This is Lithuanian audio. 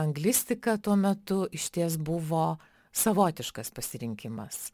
anglistika tuo metu išties buvo savotiškas pasirinkimas